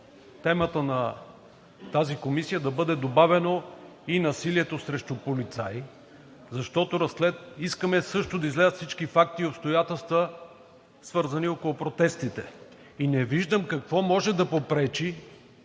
темата на тази комисия да бъде добавено и насилието срещу полицаи, защото искаме също да излязат всички факти и обстоятелства свързани, около протестите. Не виждам какво може да попречи,